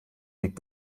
weg